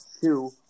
Two